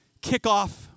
kickoff